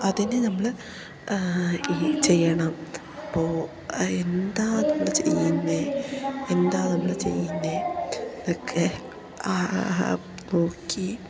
അതിന് നമ്മൾ ഈ ചെയ്യണം അപ്പോൾ എന്താണ് നമ്മൾ ചെയ്യുന്നത് എന്താണ് നമ്മൾ ചെയ്യുന്നത് ഇതൊക്കെ നോക്കി